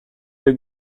the